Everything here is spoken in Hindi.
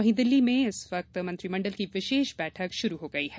वहीं दिल्ली में मंत्रीमंडल की विशेष बैठक शुरू हो गई है